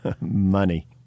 Money